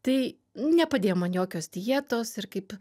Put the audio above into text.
tai nepadėjo man jokios dietos ir kaip